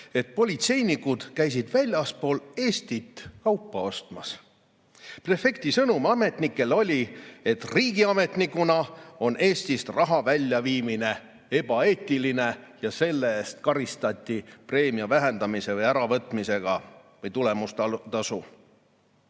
et politseinikud käisid väljaspool Eestit kaupa ostmas. Prefekti sõnum ametnikele oli, et riigiametnikule on Eestist raha väljaviimine ebaeetiline, ja selle eest karistati preemia või tulemustasu vähendamise või äravõtmisega. Me saame